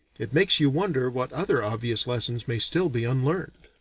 it makes you wonder what other obvious lessons may still be unlearned.